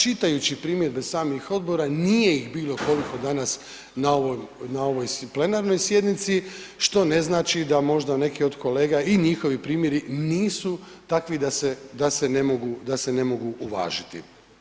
Čitajući primjedbe samih odbora, nije ih bilo koliko danas na ovoj plenarnoj sjednici, što ne znači da možda neke od kolega i njihovi primjeri nisu takvi da se ne mogu uvažiti.